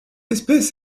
espèce